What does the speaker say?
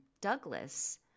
douglas